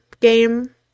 game